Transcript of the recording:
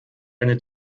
eine